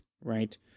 right